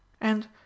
And—